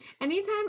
Anytime